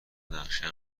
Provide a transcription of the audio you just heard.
نقشه